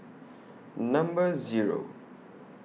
Number Zero